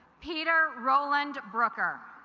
peter roland brooker